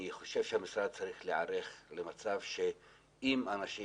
אני חושב שהמשרד צריך להיערך למצב שאם אנשים